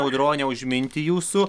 audrone už mintį jūsų